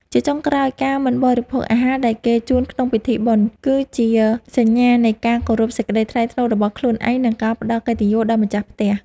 ជាចុងក្រោយការមិនបដិសេធអាហារដែលគេជូនក្នុងពិធីបុណ្យ គឺជាសញ្ញានៃការគោរពសេចក្តីថ្លៃថ្នូររបស់ខ្លួនឯង និងការផ្តល់កិត្តិយសដល់ម្ចាស់ផ្ទះ។